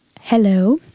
Hello